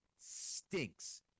Stinks